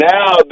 Now